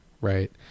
right